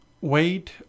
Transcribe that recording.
wait